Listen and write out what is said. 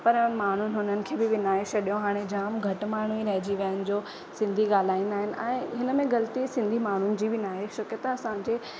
पर माण्हुनि उन्हनि खे विञाए छॾियो हाणे जाम घटि माण्हू ई रहिजी विया आहिनि जो सिंधी ॻाल्हाईंदा आहिनि ऐं हिन में ग़लिती सिंधी माण्हुनि जी बि न आहे छो कि त असांजे